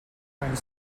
fine